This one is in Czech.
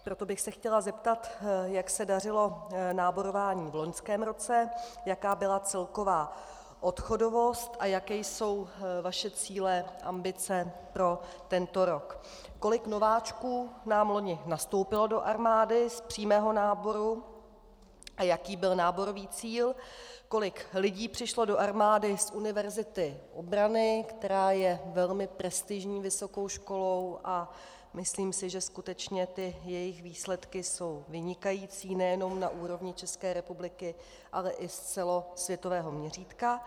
Proto bych se chtěla zeptat, jak se dařilo náborování v loňském roce, jaká byla celková odchodovost a jaké jsou vaše cíle, ambice pro tento rok, kolik nováčků nám loni nastoupilo do armády z přímého náboru a jaký byl náborový cíl, kolik lidí přišlo do armády z Univerzity obrany, která je velmi prestižní vysokou školou, a myslím si, že skutečně ty její výsledky jsou vynikající nejenom na úrovni České republiky, ale i z celosvětového měřítka.